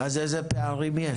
איזה פערים יש?